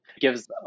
gives